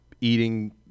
eating